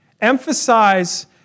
emphasize